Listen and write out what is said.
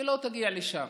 היא לא תגיע לשם,